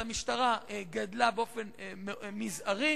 המשטרה גדלה באופן מזערי,